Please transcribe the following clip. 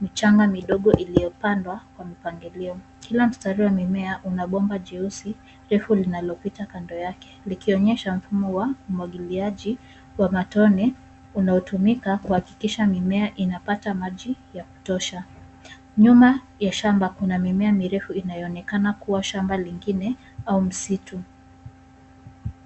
michanga midogo iliyopandwa kwa mpangilio. Kila mstari wa mimea una bomba jeusi refu linalopita kando yake likionyesha mfumo wa umwagiliaji wa matone unao tumika kuhakikisha mimea inapata maji ya kutosha. Nyuma ya shamba kuna mimea mirefu inayo onekana kua shamba lingine au msitu.